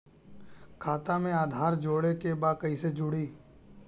खाता में आधार जोड़े के बा कैसे जुड़ी?